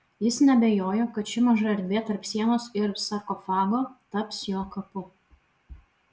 jis neabejojo kad ši maža erdvė tarp sienos ir sarkofago taps jo kapu